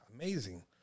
amazing